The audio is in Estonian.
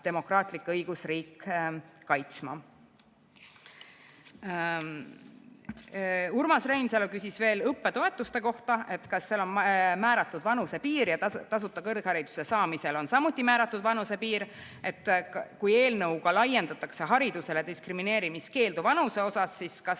demokraatlik õigusriik kaitsma. Urmas Reinsalu küsis veel õppetoetuste kohta, kas seal on määratud vanusepiir ja kas tasuta kõrghariduse saamisel on samuti määratud vanusepiir. Kui eelnõuga laiendatakse hariduses diskrimineerimiskeeldu vanuse puhul, siis kas